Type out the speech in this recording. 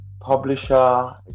publisher